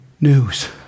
news